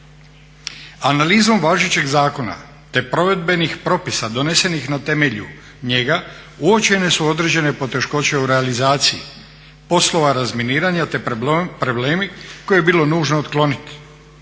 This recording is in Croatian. Analizom važećeg zakona te provedbenih propisa donesenih na temelju njega uočene su određene poteškoće u realizaciji poslova razminiranja te problemi koje je bilo nužno otkloniti